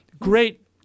great